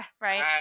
Right